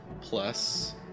plus